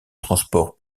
transports